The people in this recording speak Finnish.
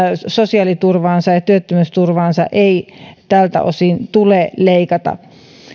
sosiaaliturvaansa ja työttömyysturvaansa ei tältä osin tule leikata